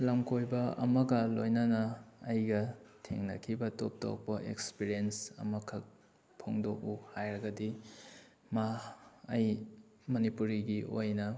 ꯂꯝ ꯀꯣꯏꯕ ꯑꯃꯒ ꯂꯣꯏꯅꯅ ꯑꯩꯒ ꯊꯦꯡꯅꯈꯤꯕ ꯇꯣꯞ ꯇꯣꯞꯄ ꯑꯦꯛꯁꯄꯔꯦꯟꯁ ꯑꯃꯈꯛ ꯐꯣꯡꯗꯣꯛꯎ ꯍꯥꯏꯔꯒꯗꯤ ꯃꯥ ꯑꯩ ꯃꯅꯤꯄꯨꯔꯤꯒꯤ ꯑꯣꯏꯅ